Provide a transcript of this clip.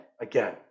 again